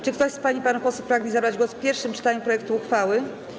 Czy ktoś z pań i panów posłów pragnie zabrać głos w pierwszym czytaniu projektu uchwały?